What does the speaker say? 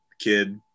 kid